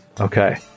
Okay